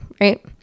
right